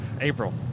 April